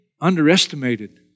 underestimated